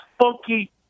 funky